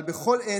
אבל בכל עת,